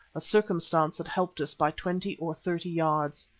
a circumstance that helped us by twenty or thirty yards.